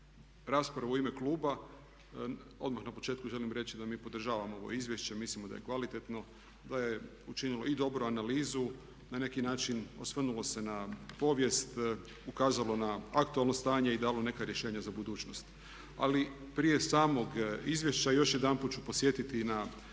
raspravu u ime kluba. Odmah na početku želim reći da mi podržavamo ovo izvješće i mislimo da je kvalitetno, da je učinilo i dobru analizu, na neki način osvrnulo se na povijest, ukazalo na aktualno stanje i dalo neka rješenja za budućnost. Ali prije samog izvješća još jedanput ću podsjetiti i